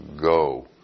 go